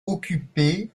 occupé